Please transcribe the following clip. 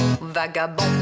vagabond